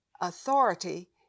authority